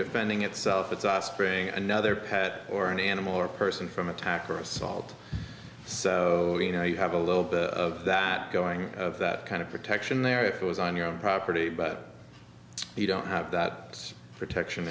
defending itself its offspring another pet or an animal or person from attack or assault so you know you have a little bit of that going of that kind of protection there if it was on your own property but you don't have that protection